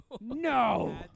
No